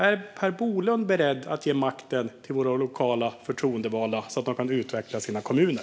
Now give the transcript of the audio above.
Är Per Bolund beredd att ge makten till våra lokala förtroendevalda så att de kan utveckla sina kommuner?